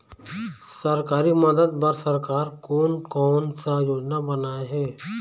सरकारी मदद बर सरकार कोन कौन सा योजना बनाए हे?